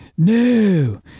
no